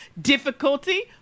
difficulty